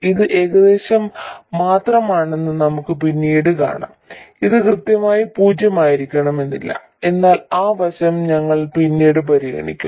ഇത് ഏകദേശം മാത്രമാണെന്ന് നമുക്ക് പിന്നീട് കാണാം ഇത് കൃത്യമായി പൂജ്യമായിരിക്കില്ല എന്നാൽ ആ വശം ഞങ്ങൾ പിന്നീട് പരിഗണിക്കും